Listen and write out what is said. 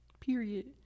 Period